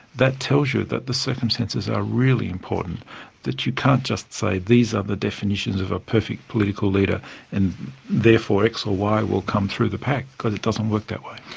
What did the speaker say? that tells you that the circumstances are really important that you can't just say, these are the definitions of a perfect political leader and therefore x or y will come through the pack because it doesn't work that way.